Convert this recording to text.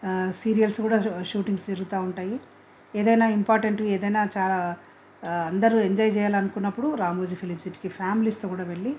serials కూడా shootings జరుగుతూ ఉంటాయి ఏదైనా ఇంపార్టెంట్ ఏదైనా చాలా అందరూ ఎంజాయ్ చెయ్యాలనుకున్నప్పుడు రామోజీ ఫిలిం సిటీకి ఫ్యామిలీస్తో కూడా వెళ్ళి